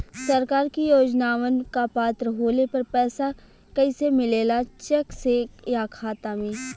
सरकार के योजनावन क पात्र होले पर पैसा कइसे मिले ला चेक से या खाता मे?